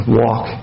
walk